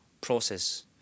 process